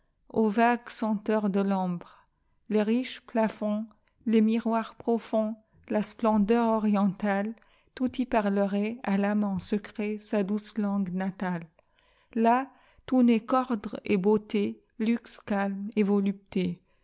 odeursaux vagues senteurs de tambre les riches plafonds les miroirs profonds la splendeur orientale tout y parlerait a l'àme en secretsa douce langue natale là tout n'est qu'ordre et beauté luxe calme et volupté